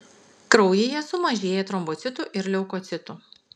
kraujyje sumažėja trombocitų ir leukocitų